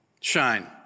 Shine